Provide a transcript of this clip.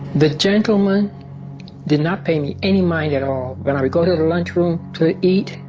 the gentlemen did not pay me any mind at all. when i would go to the lunch room to eat,